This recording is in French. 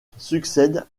succède